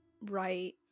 right